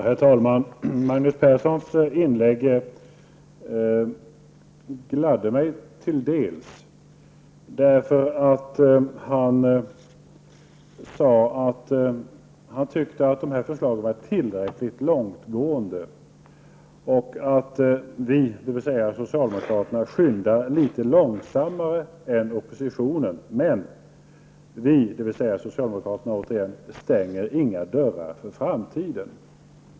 Herr talman! Magnus Perssons anförande gladde mig delvis. Han sade att han tyckte att dessa förslag var tillräckligt långtgående. Han menade att socialdemokraterna skyndar litet långsammare än oppositionen men inte stänger några dörrar för framtiden.